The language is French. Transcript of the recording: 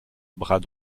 bras